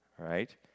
right